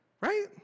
right